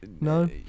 no